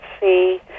see